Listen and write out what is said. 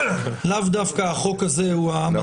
לאו דווקא החוק הזה הוא המתאים ביותר.